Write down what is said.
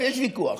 יש ויכוח,